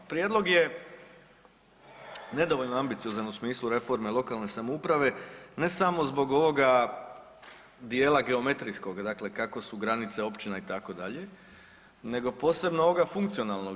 Prijedlog je nedovoljno ambiciozan u smislu reforme lokalne samouprave ne samo zbog ovoga dijela geometrijskog, dakle kako su granice općina itd., nego posebno ovog funkcionalnog.